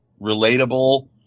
relatable